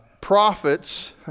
prophets